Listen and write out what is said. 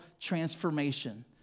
transformation